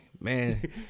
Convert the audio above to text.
man